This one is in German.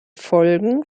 folgen